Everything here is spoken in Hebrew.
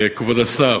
כבוד השר,